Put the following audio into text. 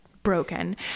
broken